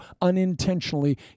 unintentionally